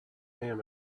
him